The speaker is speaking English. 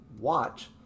watch